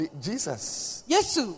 Jesus